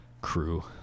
crew